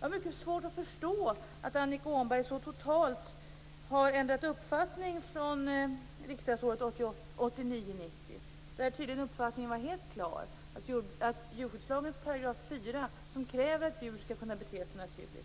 Jag har svårt att förstå att Annika Åhnberg så totalt har ändrat uppfattning från riksmötet 1989/90. Där var hennes uppfattning helt klar, nämligen att kraven i jordbrukslagen 4 §, att djur skall kunna bete sig naturligt,